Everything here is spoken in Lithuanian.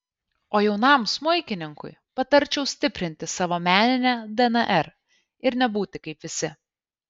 o jaunam smuikininkui patarčiau stiprinti savo meninę dnr ir nebūti kaip visi